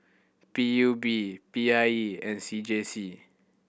P U B P I E and C J C